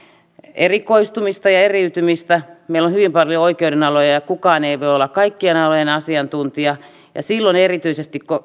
erikoistumista ja eriytymistä meillä on hyvin paljon oikeudenaloja ja kukaan ei voi olla kaikkien alojen asiantuntija ja silloin erityisesti